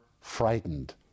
frightened